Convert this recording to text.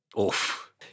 Oof